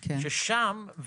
ששם,